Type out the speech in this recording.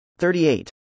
38